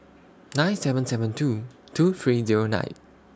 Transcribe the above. nine seven seven two two three Zero nine